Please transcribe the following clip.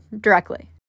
directly